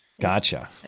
Gotcha